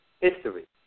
history